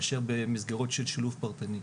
מאשר במסגרות של שילוב פרטני.